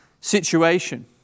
situation